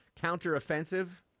counter-offensive